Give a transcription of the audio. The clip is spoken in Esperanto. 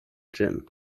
ĝin